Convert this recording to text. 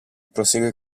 prosegue